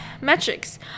metrics